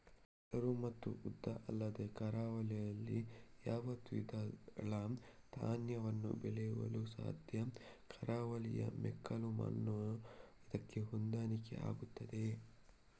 ಹೆಸರು ಮತ್ತು ಉದ್ದು ಅಲ್ಲದೆ ಕರಾವಳಿಯಲ್ಲಿ ಯಾವ ದ್ವಿದಳ ಧಾನ್ಯವನ್ನು ಬೆಳೆಯಲು ಸಾಧ್ಯ? ಕರಾವಳಿಯ ಮೆಕ್ಕಲು ಮಣ್ಣು ಇದಕ್ಕೆ ಹೊಂದಾಣಿಕೆ ಆಗುತ್ತದೆಯೇ?